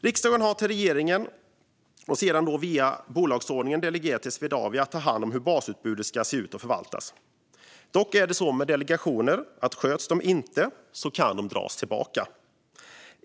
Riksdagen har via regeringen, och sedan vidare via bolagsordningen, delegerat till Swedavia att ha hand om hur basutbudet ska se ut och förvaltas. Dock är det så med delegerade uppdrag att de kan dras tillbaka om de inte sköts.